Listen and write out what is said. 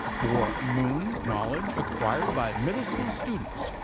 for moon knowledge acquired by middle school students,